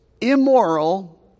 immoral